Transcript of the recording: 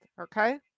okay